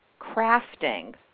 crafting